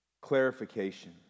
clarification